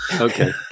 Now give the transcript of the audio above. Okay